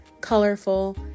colorful